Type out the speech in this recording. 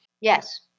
Yes